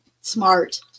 Smart